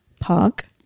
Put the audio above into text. park